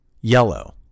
yellow